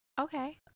okay